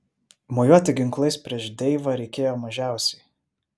mojuoti ginklais prieš deivą reikėjo mažiausiai